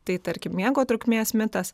tai tarkim miego trukmės mitas